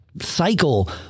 cycle